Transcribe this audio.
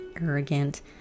arrogant